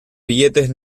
billetes